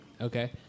Okay